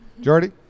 Jordy